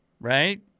right